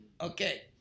Okay